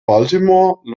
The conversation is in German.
baltimore